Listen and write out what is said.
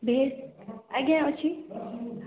veg ଆଜ୍ଞା ଅଛି